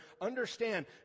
Understand